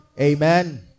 amen